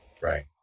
Right